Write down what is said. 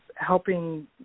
helping